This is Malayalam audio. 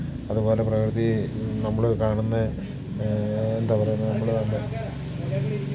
അതുപോലെ പ്രകൃതി നമ്മൾ കാണുന്ന എന്താ പറയുന്നത് നമ്മൾ